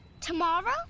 Tomorrow